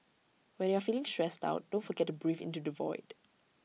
when you are feeling stressed out don't forget to breathe into the void